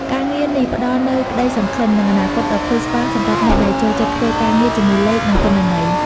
ការងារនេះផ្តល់នូវក្តីសង្ឃឹម និងអនាគតដ៏ភ្លឺស្វាងសម្រាប់អ្នកដែលចូលចិត្តធ្វើការងារជាមួយលេខ និងទិន្នន័យ។